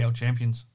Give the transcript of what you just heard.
champions